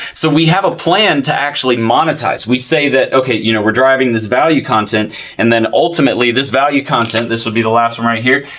so we have a plan to actually monetize. we say that okay, you know, we are driving this value content and then ultimately this value content, this would be the last from right here,